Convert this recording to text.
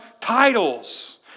titles